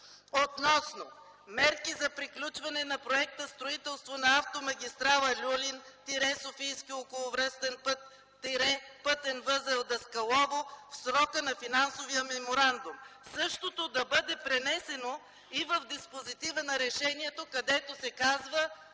относно мерки за приключване на Проекта „Строителство на автомагистрала „Люлин” – Софийски околовръстен път – пътен възел „Даскалово” в срока на финансовия меморандум”. Същото да бъде пренесено и в диспозитива на решението, където се казва: